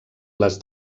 les